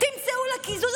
תמצאו לה קיזוז.